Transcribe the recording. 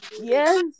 yes